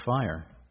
fire